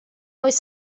oes